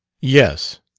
yes.